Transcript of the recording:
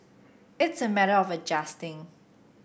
it's a matter of adjusting